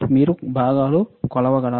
మీరు భాగాలు కొలవగలరా